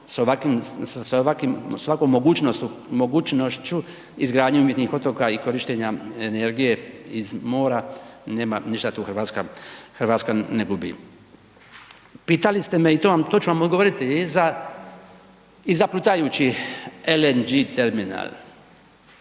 sa ovakvom mogućnošću izgradnje umjetnih otoka i korištenja energije iz mora nema ništa tu RH, RH ne gubi. Pitali ste me i to, to ću vam odgovoriti i za, i za plutajući LNG terminal,